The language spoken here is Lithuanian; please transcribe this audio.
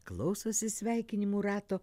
klausosi sveikinimų rato